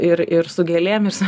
ir ir su gėlėm ir su